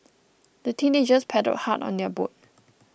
the teenagers paddled hard on their boat